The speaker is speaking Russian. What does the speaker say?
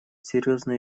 серьезный